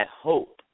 hope